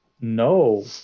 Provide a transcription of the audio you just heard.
no